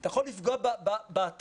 אתה יכול לפגוע בהטבות,